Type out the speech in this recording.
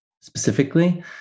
specifically